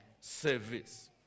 service